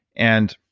and